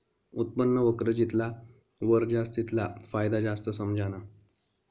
उत्पन्न वक्र जितला वर जास तितला फायदा जास्त समझाना